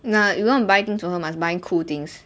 ah you want buy things to her you must buy cool things